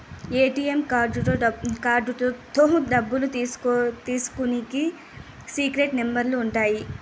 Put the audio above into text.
ATM కార్డుతో డబ్బులు తీసుకునికి సీక్రెట్ నెంబర్లు ఉంటాయి